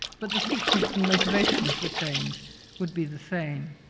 but the sequence and motivations for change would be the same.